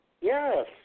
Yes